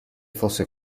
fosse